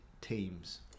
teams